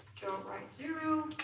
don't write zero